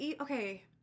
okay